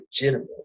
legitimate